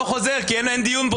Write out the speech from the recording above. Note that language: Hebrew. והינה היועץ המשפטי פה,